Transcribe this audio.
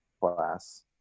class